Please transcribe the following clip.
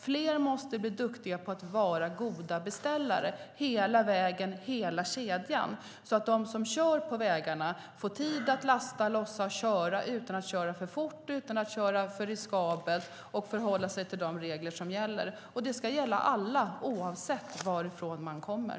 Fler måste bli duktiga på att vara goda beställare hela vägen och i hela kedjan, så att de som kör på vägarna får tid att lasta, lossa och köra utan att köra för fort och för riskabelt. De ska ha tid att förhålla sig till de regler som gäller. Det ska gälla alla, oavsett varifrån man kommer.